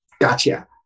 Gotcha